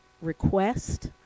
request